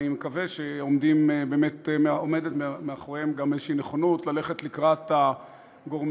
אני מקווה שעומדת מאחוריהם גם איזו נכונות ללכת לקראת הגורמים,